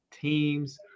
teams